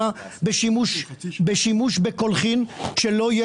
ב-30,40 אחוז - משהו